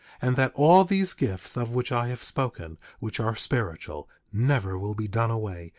and that all these gifts of which i have spoken, which are spiritual, never will be done away,